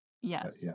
Yes